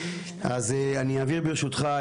אז אני אעביר ברשותך,